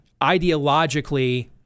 ideologically